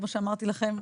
כמו שאמרתי לכם,